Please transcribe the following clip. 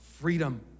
freedom